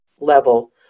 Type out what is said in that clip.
level